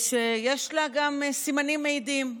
שיש לה גם סימנים מעידים.